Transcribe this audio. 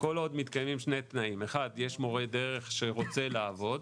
כל עוד מתקיימים שני תנאים: 1. יש מורה דרך שרוצה לעבוד,